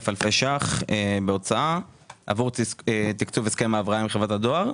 אלפי ש"ח בהוצאה עבור תקצוב הסכם ההבראה עם חברת הדואר.